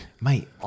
Mate